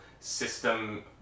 System